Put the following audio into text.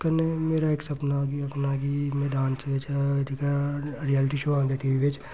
कन्नै मेरा इक सपना बी ऐ कि में डांस बिच्च जेह्का रियालटी शो आंदे टी वी बिच्च